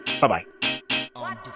Bye-bye